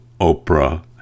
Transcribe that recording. Oprah